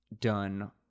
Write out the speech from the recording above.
done